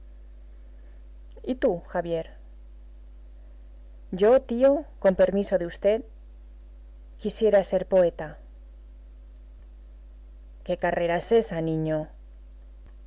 y tú javier yo tío con permiso de v quisiera ser poeta qué carrera es esa niño